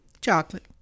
Chocolate